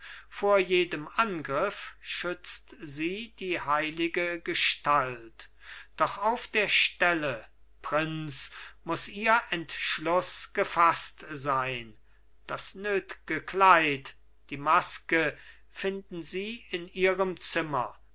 vor jedem angriff schützt sie die heilige gestalt doch auf der stelle prinz muß ihr entschluß gefaßt sein das nötge kleid die maske finden sie in ihrem zimmer